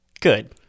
Good